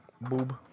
Boob